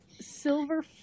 silver